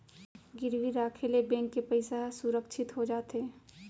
गिरवी राखे ले बेंक के पइसा ह सुरक्छित हो जाथे